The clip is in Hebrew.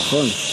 נכון?